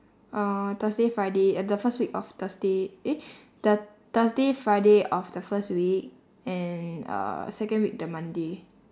uh thursday friday at the first week of thursday eh the thursday friday of the first week and uh second week the monday